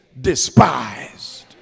despised